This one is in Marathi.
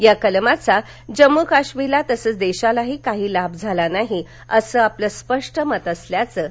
या कलमाचा जम्मू काश्मीरला तसंच देशालाही काही लाभ झाला नाही असं आपलं स्पष्ट मत असल्याचं ते म्हणाले